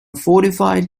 fortified